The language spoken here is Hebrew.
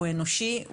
הוא אנושי,